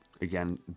again